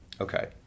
Okay